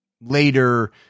later